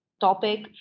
topic